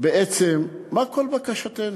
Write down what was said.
בעצם, מה כל בקשתנו?